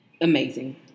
amazing